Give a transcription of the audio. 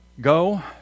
Go